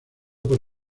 por